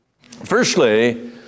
Firstly